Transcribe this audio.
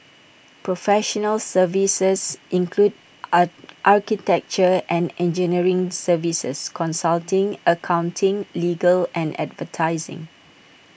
professional services include are architecture and engineering services consulting accounting legal and advertising